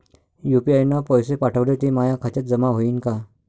UPI न पैसे पाठवले, ते माया खात्यात जमा होईन का?